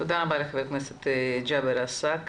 תודה רבה ח"כ ג'אבר עסאקלה.